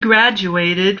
graduated